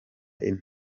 inota